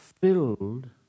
filled